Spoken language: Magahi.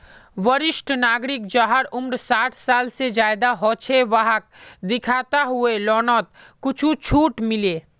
वरिष्ठ नागरिक जहार उम्र साठ साल से ज्यादा हो छे वाहक दिखाता हुए लोननोत कुछ झूट मिले